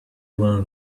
alone